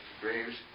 Graves